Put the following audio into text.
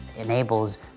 enables